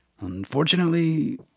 Unfortunately